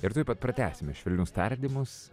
ir tuoj pat pratęsime švelnius tardymus